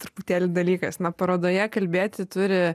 truputėlį dalykas na parodoje kalbėti turi